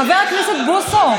חבר הכנסת בוסו,